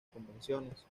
convenciones